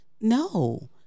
No